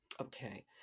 Okay